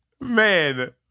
man